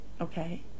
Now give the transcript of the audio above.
Okay